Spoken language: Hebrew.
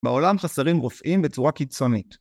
בעולם חסרים רופאים בצורה קיצונית.